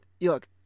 look